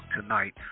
tonight